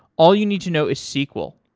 all you need to know is sql.